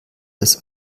des